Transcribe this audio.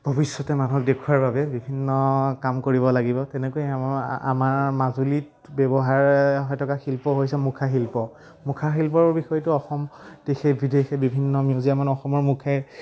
ভৱিষ্যতে মানুহক দেখুৱাৰ বাবে বিভিন্ন কাম কৰিব লাগিব তেনেকৈ আমাৰ আমাৰ মাজুলীত ব্যৱহাৰ হৈ থকা শিল্প হৈছে মুখাশিল্প মুখাশিল্পৰ বিষয়টো অসম দেশে বিদেশে বিভিন্ন মিউজিয়ামত অসমৰ মুখাই